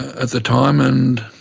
at the time. and